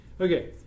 okay